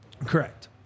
correct